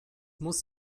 muss